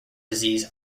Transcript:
disease